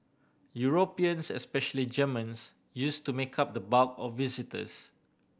Europeans especially Germans used to make up the bulk of visitors